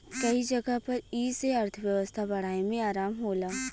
कई जगह पर ई से अर्थव्यवस्था बढ़ाए मे आराम होला